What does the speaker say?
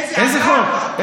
איזה חוק?